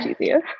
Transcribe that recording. easier